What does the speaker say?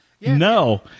No